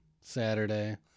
Saturday